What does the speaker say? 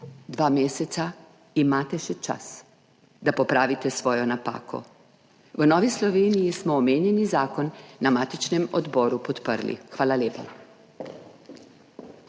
Dva meseca še imate čas, da popravite svojo napako. V Novi Sloveniji smo omenjeni zakon na matičnem odboru podprli. Hvala lepa.